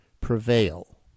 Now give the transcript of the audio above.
prevail